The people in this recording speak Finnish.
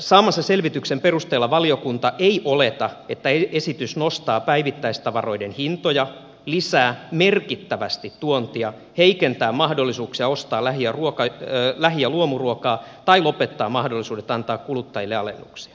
saamansa selvityksen perusteella valiokunta ei oleta että esitys nostaa päivittäistavaroiden hintoja lisää merkittävästi tuontia heikentää mahdollisuuksia ostaa lähi ja luomuruokaa tai lopettaa mahdollisuudet antaa kuluttajille alennuksia